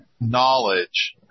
knowledge